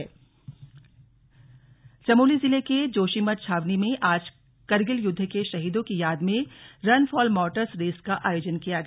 run for martyrs Chamoli जिले के जोशीमठ छावनी में आज करगिल युद्ध के शहीदों की याद में रन फॉर मार्टर्स रेस का आयोजन किया गया